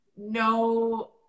no